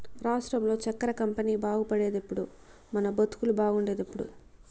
రాష్ట్రంలో చక్కెర కంపెనీ బాగుపడేదెప్పుడో మన బతుకులు బాగుండేదెప్పుడో